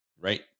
right